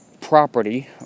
property